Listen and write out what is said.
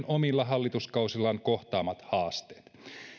omilla hallituskausillaan kohtaamat haasteet